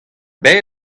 bet